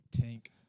Tank